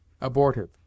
Abortive